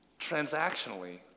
transactionally